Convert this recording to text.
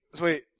Wait